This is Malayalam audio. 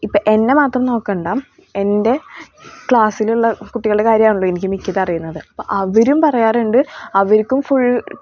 ഇപ്പം എന്നെ മാത്രം നോക്കേണ്ട എൻ്റെ ക്ലാസ്സിലുള്ള കുട്ടികളുടെ കാര്യമാണല്ലോ എനിക്ക് മിക്കതും അറിയുന്നത് അപ്പം അവരും പറയാറുണ്ട് അവർക്കും ഫുൾ